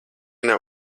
nav